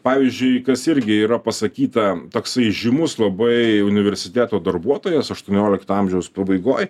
pavyzdžiui kas irgi yra pasakyta toksai įžymus labai universiteto darbuotojas aštuoniolikto amžiaus pabaigoj